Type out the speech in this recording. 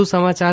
વધુ સમાચાર